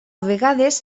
vegades